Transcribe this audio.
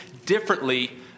differently